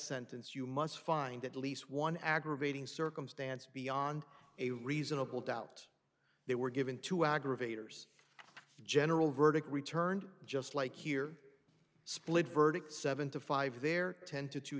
sentence you must find at least one aggravating circumstance beyond a reasonable doubt they were given to aggravators general verdict returned just like here split verdict seven to five there are ten to t